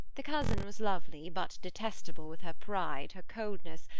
the cousin was lovely, but detestable with her pride, her coldness,